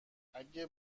اگه